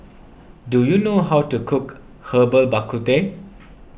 do you know how to cook Herbal Bak Ku Teh